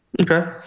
Okay